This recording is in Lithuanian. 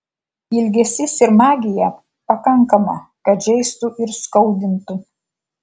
ilgesys ir magija pakankama kad žeistų ir skaudintų